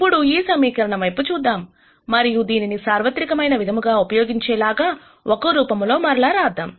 ఇప్పుడు ఈ సమీకరణం వైపు చూద్దాం మరియు దీనిని సార్వత్రికమైన విధముగా ఉపయోగించే లాగా ఒక రూపములో మరల రాద్దాం